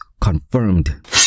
confirmed